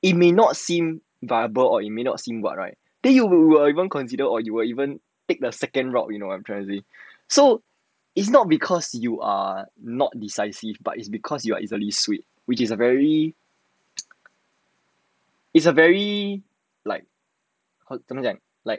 it may not seem viable or it may not seem what right then you will like or even consider or you will even take the second route you know what I'm trying to say so it's not because you are not decisive but it's because you are easily swayed which is a very is a very like 怎么讲 like